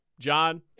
John